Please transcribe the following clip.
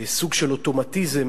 סוג של אוטומטיזם,